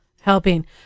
helping